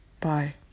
Bye